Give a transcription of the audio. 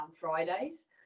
Fridays